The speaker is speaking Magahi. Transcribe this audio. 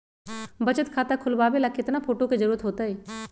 बचत खाता खोलबाबे ला केतना फोटो के जरूरत होतई?